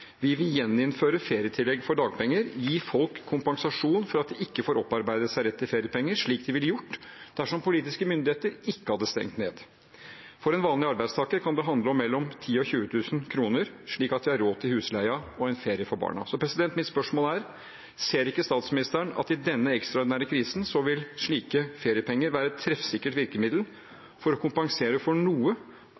Vi vil gjeninnføre ferietillegg for dagpenger og gi folk kompensasjon for at de ikke får opparbeidet seg rett til feriepenger, slik de ville gjort dersom politiske myndigheter ikke hadde stengt ned. For en vanlig arbeidstaker kan det handle om mellom 10 000 og 20 000 kr, slik at de har råd til husleia og en ferie for barna. Mitt spørsmål er: Ser ikke statsministeren at i denne ekstraordinære krisen vil slike feriepenger være et treffsikkert virkemiddel